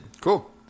Cool